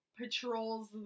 patrols